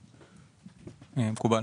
מקובל.